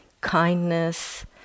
kindness